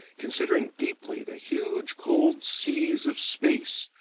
considering deeply the huge cold seas of space,